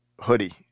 hoodie